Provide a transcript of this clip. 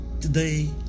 today